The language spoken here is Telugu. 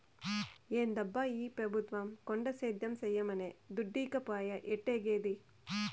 ఏందబ్బా ఈ పెబుత్వం కొండ సేద్యం చేయమనె దుడ్డీకపాయె ఎట్టాఏగేది